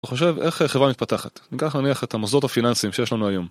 אני חושב, איך חברה מתפתחת? ניקח נניח את המוסדות הפיננסיים שיש לנו היום.